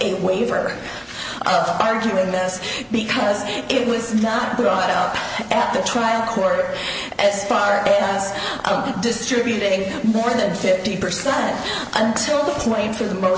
a waiver arguing mess because it was not brought up at the trial court as far as i was distributing more than fifty percent until the claim to the mo